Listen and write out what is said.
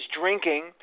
drinking